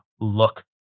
look